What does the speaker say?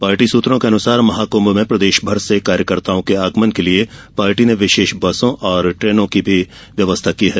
party सूत्रों के अनुसार महाकुंभ में प्रदेशभर से कार्यकर्ताओं के आगमन के लिये पार्टी ने विशेष बसों और ट्रेनों की भी व्यवस्था की है